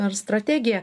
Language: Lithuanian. ar strategija